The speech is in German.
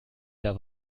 der